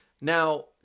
Now